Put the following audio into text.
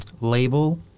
label